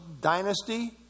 dynasty